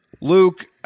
Luke